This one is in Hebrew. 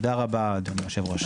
תודה רבה, אדוני היושב-ראש.